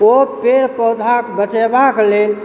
ओ पेड़ पौधाक बचेबाक लेल